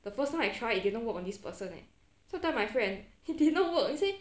the first time I try it didn't work on this person leh so tell my friend it didn't work he said